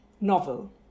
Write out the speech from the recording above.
novel